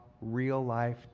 real-life